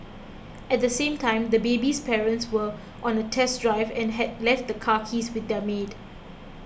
at the same time the baby's parents were on a test drive and had left the car keys with their maid